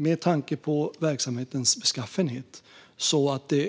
Med tanke på verksamhetens beskaffenhet